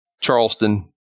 Charleston